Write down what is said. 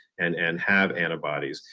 and and have antibodies.